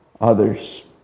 others